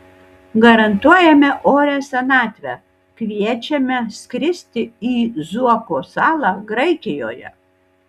garantuojame orią senatvę kviečiame skristi į zuoko salą graikijoje